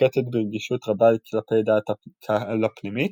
נוקטת ברגישות רבה כלפי דעת הקהל הפנימית,